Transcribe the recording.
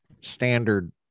standard